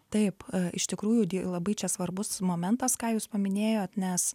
taip iš tikrųjų labai čia svarbus momentas ką jūs paminėjot nes